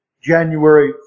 January